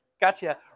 Gotcha